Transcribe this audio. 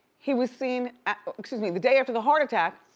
he was seen at, excuse me, the day after the heart attack,